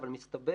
אבל מסתבר